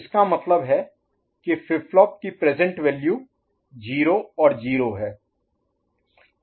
इसका मतलब है कि फ्लिप फ्लॉप की प्रेजेंट वैल्यू 0 और 0 है